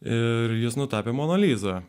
ir jis nutapė mano lizą